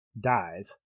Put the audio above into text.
dies